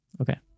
Okay